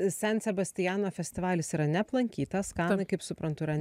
sen sebastiano festivalis yra neaplankytas kanai kaip suprantu yra